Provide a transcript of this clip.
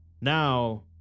Now